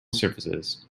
surfaces